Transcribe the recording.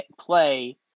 play